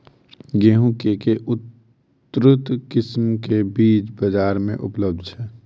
गेंहूँ केँ के उन्नत किसिम केँ बीज बजार मे उपलब्ध छैय?